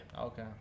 Okay